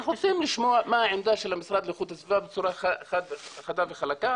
אנחנו ר וצים לשמוע מה העמדה של המשרד להגנת הסביבה בצורה חדה וחלקה,